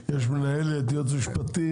יש מנהלת, יש יועץ משפטי.